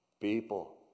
People